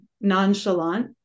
nonchalant